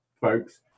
folks